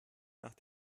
nach